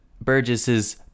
Burgess's